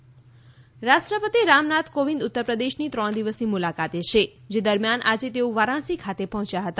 રાષ્ટ્રપતિ વારાણસી રાષ્ટ્રપતિ રામનાથ કોવિંદ ઉત્તરપ્રદેશની ત્રણ દિવસની મુલાકાતે છે જ દરમિયાન આજે તેઓ વારાણસી ખાતે પહોંચ્યા હતા